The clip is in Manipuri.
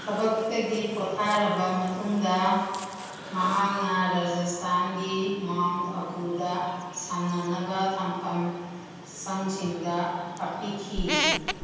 ꯊꯕꯛꯇꯒꯤ ꯄꯣꯊꯥꯔꯕ ꯃꯇꯨꯡꯗ ꯃꯍꯥꯛꯅ ꯔꯥꯖꯁꯊꯥꯟꯒꯤ ꯃꯥꯎꯟ ꯑꯕꯨꯗ ꯁꯥꯟꯅꯕ ꯇꯝꯐꯝ ꯁꯪꯁꯤꯡꯗ ꯇꯥꯛꯄꯤꯈꯤ